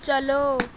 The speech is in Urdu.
چلو